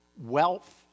wealth